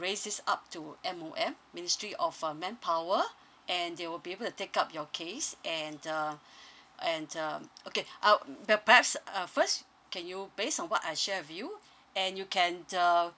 raise this up to M_O_M ministry of uh manpower and they will be able to take up your case and uh and uh okay um per~ perhaps uh first can you based on what I share with you and you can uh